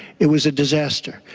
it was a disaster.